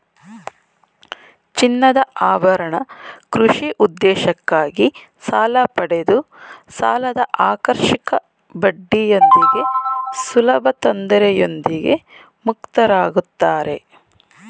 ಚಿನ್ನದಆಭರಣ ಕೃಷಿ ಉದ್ದೇಶಕ್ಕಾಗಿ ಸಾಲಪಡೆದು ಸಾಲದಆಕರ್ಷಕ ಬಡ್ಡಿಯೊಂದಿಗೆ ಸುಲಭತೊಂದರೆಯೊಂದಿಗೆ ಮುಕ್ತರಾಗುತ್ತಾರೆ